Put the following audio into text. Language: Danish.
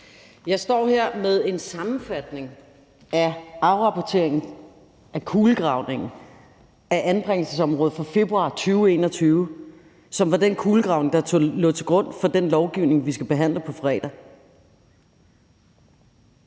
Jeg står her med en sammenfatning af afrapporteringen af kulegravningen af anbringelsesområdet fra februar 2021, som var den kulegravning, som lå til grund for den lovgivning, vi skal behandle på fredag.